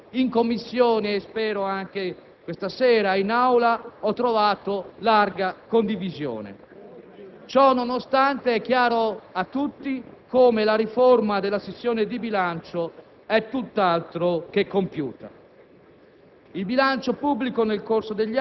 Su queste parole del Ministro in Commissione, e spero anche questa sera in Aula, ho trovato larga condivisione. Ciò nonostante, è chiaro a tutti come la riforma della sessione di bilancio è tutt'altro che compiuta.